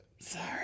Sorry